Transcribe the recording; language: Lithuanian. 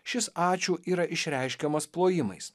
šis ačiū yra išreiškiamas plojimais